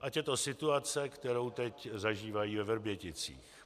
ať je to situace, kterou teď zažívají ve Vrběticích.